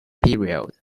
period